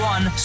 One